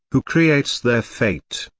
who creates their fate,